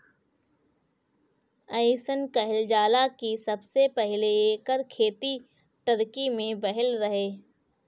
अइसन कहल जाला कि सबसे पहिले एकर खेती टर्की में भइल रहे